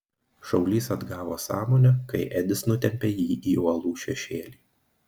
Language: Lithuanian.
šaulys atgavo sąmonę kai edis nutempė jį į uolų šešėlį